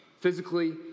Physically